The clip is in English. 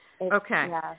Okay